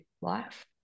life